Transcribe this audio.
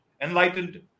enlightened